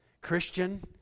Christian